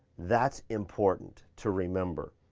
that's important to remember.